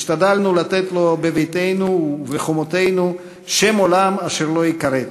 השתדלנו לתת לו בביתנו ובחומותינו "שם עולם אשר לא יִכרֵת",